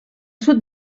sud